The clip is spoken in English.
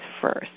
first